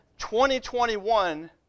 2021